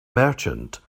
merchant